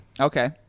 Okay